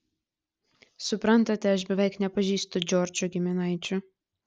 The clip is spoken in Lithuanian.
suprantate aš beveik nepažįstu džordžo giminaičių